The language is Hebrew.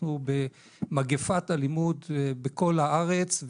אנחנו במגפת אלימות בכל הארץ,